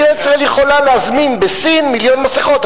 מדינת ישראל יכולה להזמין בסין מיליון מסכות,